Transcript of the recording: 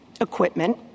equipment